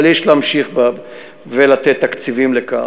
אבל יש להמשיך ולתת תקציבים לכך.